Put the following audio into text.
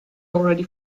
already